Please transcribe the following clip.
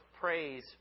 Praise